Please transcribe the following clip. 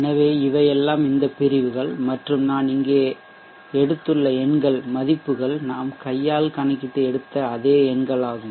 எனவே இவையெல்லாம் இந்த பிரிவுகள் மற்றும் நான் இங்கே எடுத்துள்ள எண்கள்மதிப்புகள் நாம் கையால் கணக்கிட்டு எடுத்த அதே எண்கள் ஆகும்